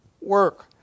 work